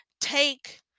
take